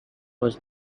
was